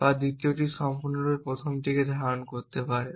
বা দ্বিতীয়টি সম্পূর্ণরূপে প্রথমটিকে ধারণ করতে পারে